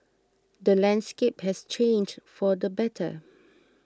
the landscape has changed for the better